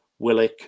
Willick